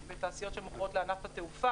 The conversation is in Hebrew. בתעשיות שמוכרות מוצרים לענף התעופה,